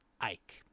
Ike